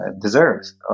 deserves